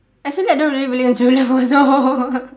actually I don't really believe in true love also